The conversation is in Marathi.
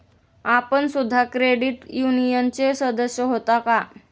आपण सुद्धा क्रेडिट युनियनचे सदस्य होता का?